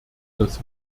das